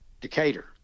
Decatur